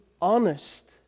honest